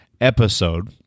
episode